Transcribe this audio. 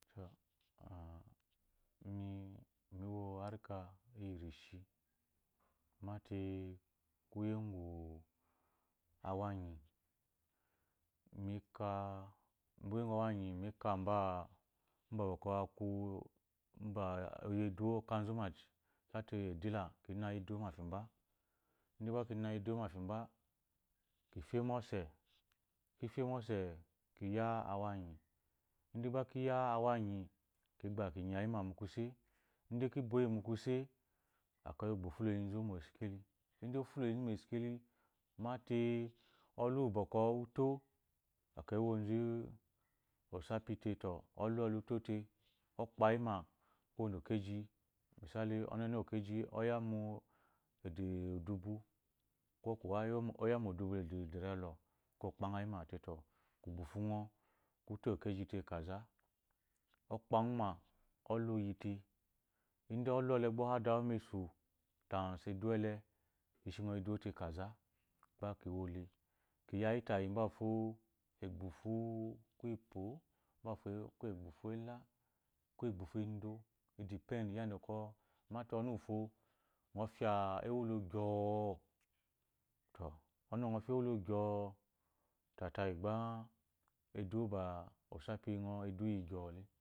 ini mi wɔ arika iyi rishi mate kuye ogwu awanyi kuye ngwu awanyi me ba bwɔkwɔ aku mba bwɔkwɔ ɔyi edawo okanzuma mate edealer ki na eduwo mafi mba idan gba kina eduwo mafi mba ki fye mose ki fye mose ki ya awanyi idan gba ki ya awanyi ki gba ki nyayima mu kuse idan ki boyi mukuse akayi ogba ofuloyinza mu oskeli idan ofulo mo oskeli mate ulu uwu bwɔkwɔ uto ekeyi owunzu oo ulu usafi te o ulu ɔle utote okpayi ma nu okegi misali ɔnene okegi oya u ede edubu ko kowa oya mu edubu ea ederi elɔ ekeyi okpangha yima te to kugbuhunghɔ ku to ekeji te kaza okpajuma ɔlu uyite idan ulu ɔle gba ohada mesu idowo ele ishi eduwo te kasa gba ki wole kiya tayi mbafo rgbuhu ko epyo ko egbuhu ela ko egbuhu endo idenpend yadda bwɔkwɔ ɔnu uwufo ngɔ fya ewulo gyɔo to ɔnu uwu ngɔ fya ewulo gyɔo ta tayi gba edowo ba olisafi ngɔ edowo bi yi gyɔo